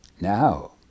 Now